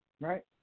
Right